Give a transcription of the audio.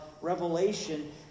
revelation